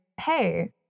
Hey